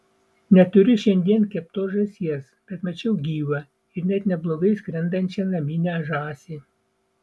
neturiu šiandien keptos žąsies bet mačiau gyvą ir net neblogai skrendančią naminę žąsį